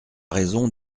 raison